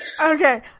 Okay